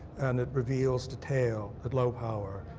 and it reveals detail, at low power,